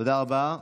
תודה רבה.